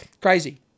crazy